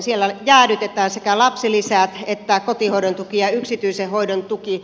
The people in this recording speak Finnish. siellä jäädytetään sekä lapsilisät että kotihoidon tuki ja yksityisen hoidon tuki